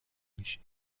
میشی